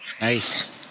Nice